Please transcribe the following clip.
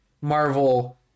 Marvel